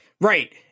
Right